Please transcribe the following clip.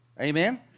Amen